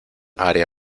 área